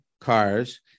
cars